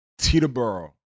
Teterboro